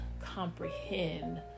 comprehend